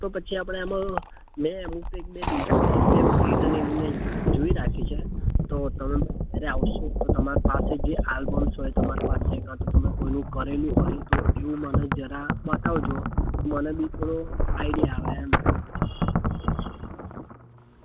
તો પછી આપણે એમાં મેં અમુક એક બે પેટર્ન એવી મેં જોઈ રાખી છે તો તમે મારે ઘરે આવશો તો તમારી પાસે જે આલ્બમ્સ હોય તમારી પાસે કાં તો તમે કોઈનું કરેલું હોય તો એવું મને જરા બતાવજો તો મને બી થોડો આઈડિયા આવે એમ